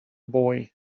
boy